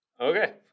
Okay